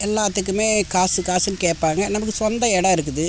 எல்லாத்துக்குமே காசு காசுன்னு கேட்பாங்க நமக்கு சொந்த இடம் இருக்குது